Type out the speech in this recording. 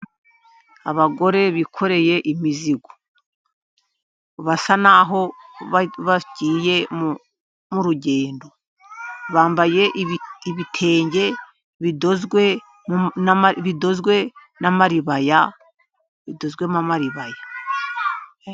Abagore bikoreye imizigo basa n'aho bagiye mu rugendo. Bambaye ibitenge bidozwemo amaribaya.